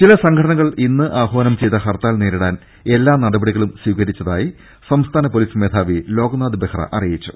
ചില സംഘടനകൾ ഇന്ന് ആഹ്വാനം ചെയ്ത ഹർത്താൽ നേരിടാൻ എല്ലാ നടപടി കളും സ്വീകരിച്ചതായി സംസ്ഥാന പൊലീസ് മേധാവി ലോക്നാഥ് ബെഹ്റ അറിയിച്ചു